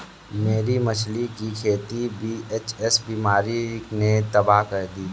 मेरी मछली की खेती वी.एच.एस बीमारी ने तबाह कर दी